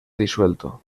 disuelto